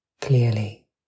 clearly